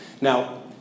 Now